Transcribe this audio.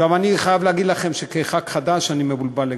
אני חייב להגיד לכם שכחבר כנסת חדש אני מבולבל לגמרי,